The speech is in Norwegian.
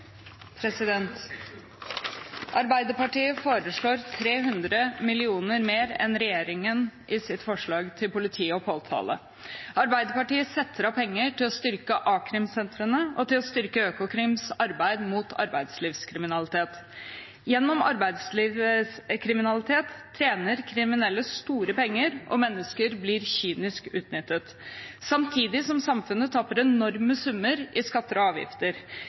setter av penger til å styrke a-krimsentrene og til å styrke Økokrims arbeid mot arbeidslivskriminalitet. Gjennom arbeidslivskriminalitet tjener kriminelle store penger, og mennesker blir kynisk utnyttet. Samtidig som samfunnet taper enorme summer i skatter og avgifter,